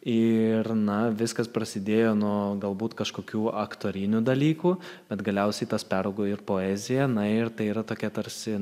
ir na viskas prasidėjo nuo galbūt kažkokių aktorinių dalykų bet galiausiai tas peraugo ir poeziją na ir tai yra tokia tarsi